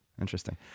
Interesting